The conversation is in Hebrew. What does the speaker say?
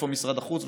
איפה משרד החוץ?